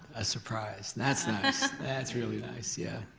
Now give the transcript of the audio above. a surprise. that's nice, that's really nice. yeah,